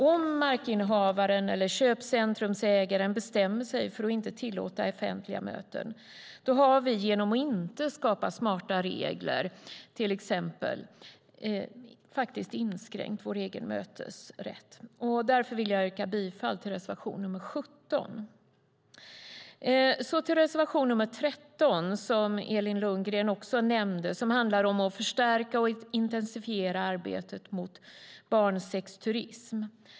Om markinnehavaren eller köpcentrumägaren bestämmer sig för att inte tillåta offentliga möten har vi genom att låta bli att skapa smarta regler inskränkt vår egen mötesrätt, till exempel. Därför vill jag yrka bifall till reservation nr 17. Jag går nu över till reservation nr 13, som också Elin Lundgren nämnde. Den handlar om att förstärka och intensifiera arbetet mot barnsexturism.